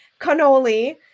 cannoli